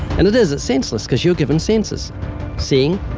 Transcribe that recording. and it is. it's senseless, cause you're given senses seeing,